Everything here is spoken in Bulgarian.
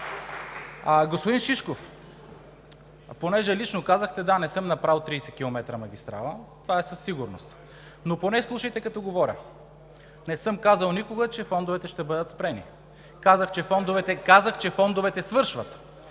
Господин Шишков, понеже лично казахте – да, не съм направил 30 км магистрала, това е със сигурност, но поне слушайте, като говоря. Не съм казвал никога, че фондовете ще бъдат спрени. Казах, че фондовете свършват